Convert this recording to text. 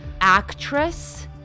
actress